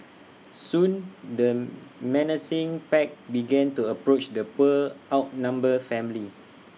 soon the menacing pack began to approach the poor outnumbered family